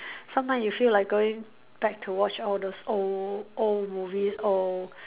sometimes you feel like going back to watch all those old old movies old